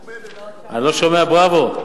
אני לא שומע בראבו.